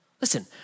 Listen